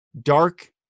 dark